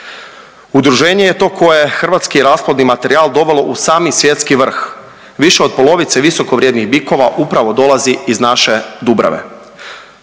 Udruženje je to koje je hrvatski rasplodni materijal dovelo u sami svjetski vrh. Više od polovice visokovrijednih bikova upravo dolazi iz naše Dubrave.